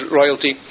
royalty